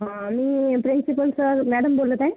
हा मी principal sir madam बोलत आहे